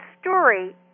story